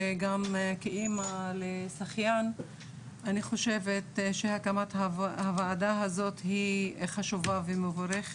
וגם כאמא לשחיין אני חושבת שהקמת הוועדה הזאת היא חשובה ומבורכת.